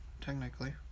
technically